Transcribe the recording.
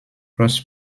cross